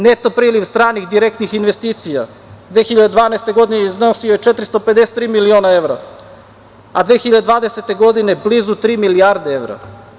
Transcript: Neto priliv stranih direktnih investicija 2012. godine iznosio je 453 miliona evra, a 2020. godine blizu tri milijarde evra.